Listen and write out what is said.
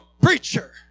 preacher